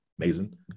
amazing